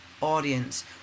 audience